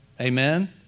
Amen